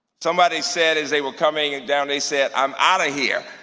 somebody said, as they were coming ah down they said, i'm out of here.